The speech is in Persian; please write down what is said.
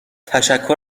تشکر